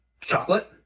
chocolate